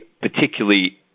particularly